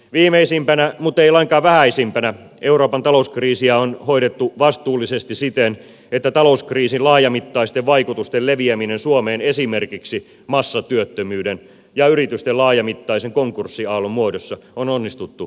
viimeisimpänä muttei lainkaan vähäisimpänä euroopan talouskriisiä on hoidettu vastuullisesti siten että talouskriisin laajamittaisten vaikutusten leviäminen suomeen esimerkiksi massatyöttömyyden ja yritysten laajamittaisen konkurssiaallon muodossa on onnistuttu estämään